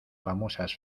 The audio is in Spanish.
famosas